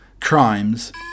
crimes